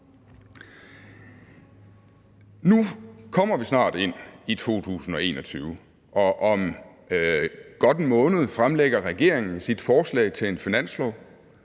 Nu kommer vi snart ind i 2021, og om godt en måned fremlægger regeringen sit forslag til en finanslov,